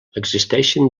existeixen